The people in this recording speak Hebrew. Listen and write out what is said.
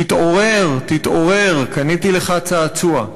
תתעורר, תתעורר, קניתי לך צעצוע.